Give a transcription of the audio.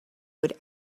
would